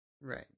Right